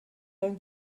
going